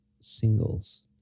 singles